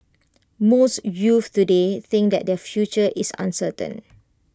most youths today think that their future is uncertain